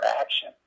action